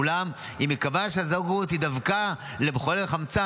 אולם אם ייקבע שהזכאות היא דווקא למחולל חמצן,